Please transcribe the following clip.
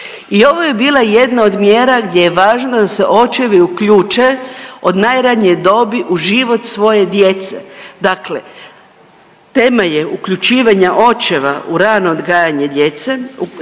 i ovo je bila jedna od mjera gdje je važno da se očevi uključe od najranije dobi u život svoje djece. Dakle, tema je uključivanja očeva u rano odgajanje djece,